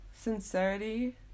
sincerity